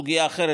סוגיה אחרת,